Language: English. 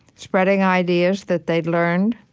spreading ideas that they'd learned.